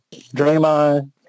Draymond